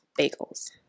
bagels